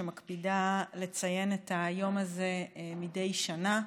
שמקפידה לציין את היום הזה מדי שנה.